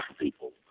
people